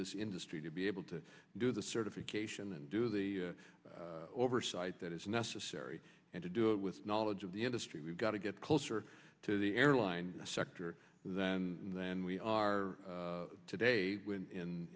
this industry to be able to do the certification and do the oversight that is necessary and to do it with knowledge of the industry we've got to get closer to the airline sector than then we are today when